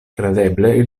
kredeble